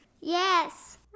Yes